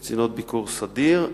קצינות ביקור סדיר,